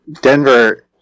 Denver